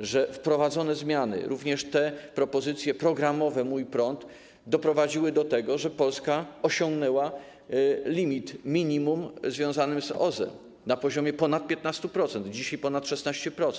że wprowadzone zmiany, również propozycje programowe „Mój prąd”, doprowadziły do tego, że Polska osiągnęła limit minimum związanego z OZE na poziomie ponad 15%, dzisiaj ponad 16%.